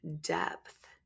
depth